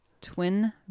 Twin